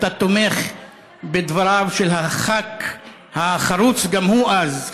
אתה תומך בדבריו של הח"כ החרוץ גם אז,